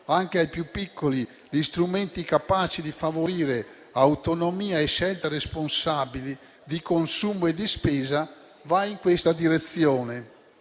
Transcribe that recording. anche ai più piccoli gli strumenti capaci di favorire autonomia e scelte responsabili di consumo e di spesa, va in questa direzione.